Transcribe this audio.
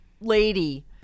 lady